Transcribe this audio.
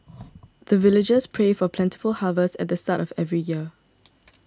the villagers pray for plentiful harvest at the start of every year